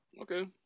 Okay